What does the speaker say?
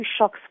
shocks